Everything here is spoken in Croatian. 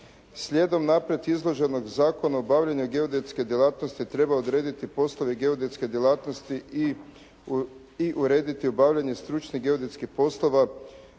Slijedom naprijed izloženog zakona obavljanje geodetske djelatnosti treba odrediti postoje li geodetske djelatnosti i urediti obavljanje stručnih geodetskih poslova